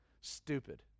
Stupid